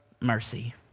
mercy